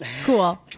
Cool